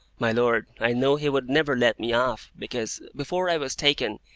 my lord, i knew he would never let me off, because, before i was taken,